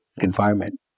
environment